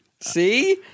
See